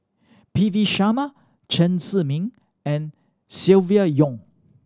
P V Sharma Chen Zhiming and Silvia Yong